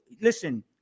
listen